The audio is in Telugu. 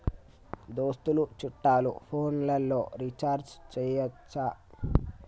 దోస్తులు చుట్టాలు ఫోన్లలో రీఛార్జి చేయచ్చా?